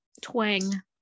twang